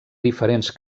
diferents